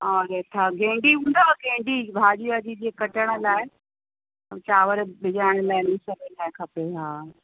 और इहे छा गेंढी हूंदव गेंढी भाॼी वाॼी जीअं कटण लाइ ऐं चावर सिजाइण लाइ इन्हनि सभिनी लाइ खपे हा